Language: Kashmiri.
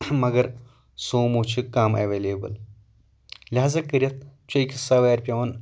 مگر سومو چھِ کَم اویلیٚبٔل لِہذا کٔرِتھ چھُ أکِس سوارِ پیوان